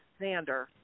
Xander